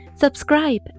Subscribe